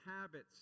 habits